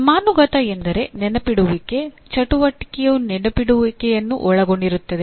ಕ್ರಮಾನುಗತ ಎಂದರೆ ನೆನಪಿಡುವಿಕೆ ಚಟುವಟಿಕೆಯು ನೆನಪಿಡುವಿಕೆಯನ್ನು ಒಳಗೊಂಡಿರುತ್ತದೆ